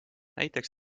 näiteks